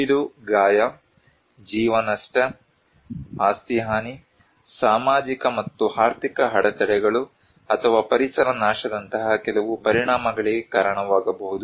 ಇದು ಗಾಯ ಜೀವ ನಷ್ಟ ಆಸ್ತಿ ಹಾನಿ ಸಾಮಾಜಿಕ ಮತ್ತು ಆರ್ಥಿಕ ಅಡೆತಡೆಗಳು ಅಥವಾ ಪರಿಸರ ನಾಶದಂತಹ ಕೆಲವು ಪರಿಣಾಮಗಳಿಗೆ ಕಾರಣವಾಗಬಹುದು